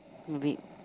with